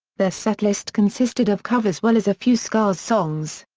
their setlist consisted of covers well as a few scars songs.